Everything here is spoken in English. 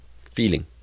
feeling